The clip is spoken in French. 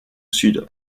sud